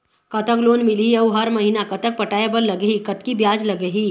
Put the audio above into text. कतक लोन मिलही अऊ हर महीना कतक पटाए बर लगही, कतकी ब्याज लगही?